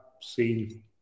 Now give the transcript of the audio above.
seen